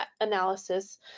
analysis